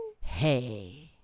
Hey